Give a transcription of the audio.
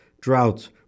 droughts